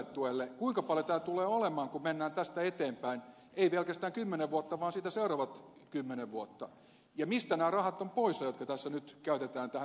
kuinka paljon tämä tulee olemaan kun mennään tästä eteenpäin ei pelkästään kymmenen vuotta vaan siitä seuraavat kymmenen vuotta ja mistä nämä rahat ovat poissa jotka tässä nyt käytetään tähän pysyvään tukeen